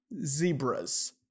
zebras